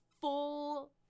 full